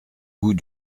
goût